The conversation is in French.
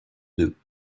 deux